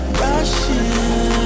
rushing